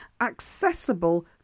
accessible